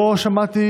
לא שמעתי